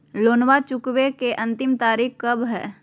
लोनमा चुकबे के अंतिम तारीख कब हय?